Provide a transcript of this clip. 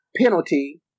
penalty